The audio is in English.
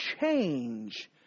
change